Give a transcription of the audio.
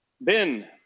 Ben